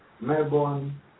Melbourne